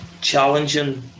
challenging